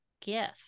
gift